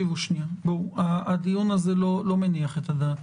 חברים, הדיון הזה לא מניח את הדעת.